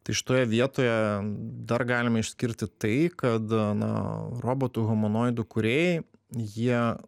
tai šitoje vietoje dar galime išskirti tai kad na robotų humanoidų kūrėjai jie